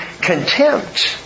contempt